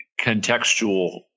contextual